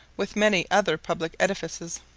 with many other public edifices.